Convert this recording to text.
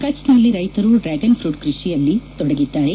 ಕಛ್ನಲ್ಲಿ ರೈತರು dragon fruit ಕೃಷಿಯಲ್ಲಿ ರೈತರು ತೊಡಗಿದ್ದಾರೆ